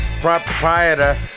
proprietor